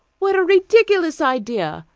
what a ridiculous idea,